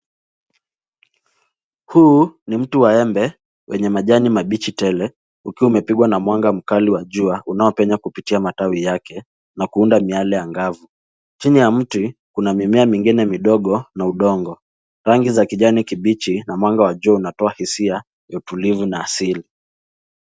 Huu ni mti wa embe wenye majani mabichi tele ukiwa umepigwa na mwanga kali wa jua unaopenya kupitia matawi yake na kuunda miale angavu. Chini ya mti kuna mimea mingine midogo na udongo. Rangi za kijani kibichi na mwanga wa jua unatoa hisia ya utulivu na asili.